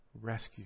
rescue